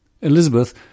Elizabeth